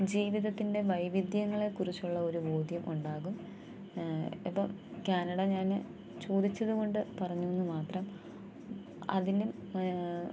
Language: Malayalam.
ജീവിതത്തിൻ്റെ വൈവിധ്യങ്ങളെകുറിച്ചുള്ള ഒരു ബോധ്യം ഉണ്ടാകും ഇപ്പം ക്യാനഡ ഞാൻ ചോദിച്ചത് കൊണ്ട് പറഞ്ഞെന്ന് മാത്രം അതിനും